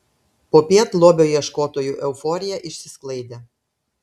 popiet lobio ieškotojų euforija išsisklaidė